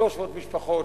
ל-300 משפחות,